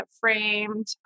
framed